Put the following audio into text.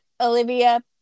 Olivia